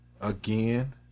again